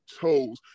toes